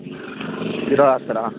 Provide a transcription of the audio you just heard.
ఈరోజు వస్తారా